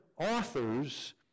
authors